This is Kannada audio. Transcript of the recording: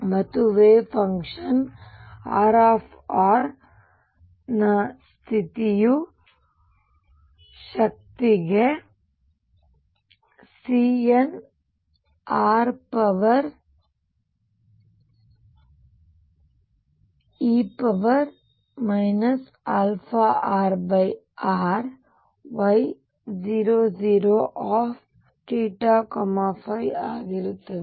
ಮತ್ತು ವೇವ್ ಫಂಕ್ಷನ್ R ಸ್ಥಿತಿಯ ಶಕ್ತಿಗೆ Cnre αrrY00θϕ ಆಗಿರುತ್ತದೆ